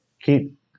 keep